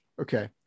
Okay